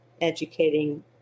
educating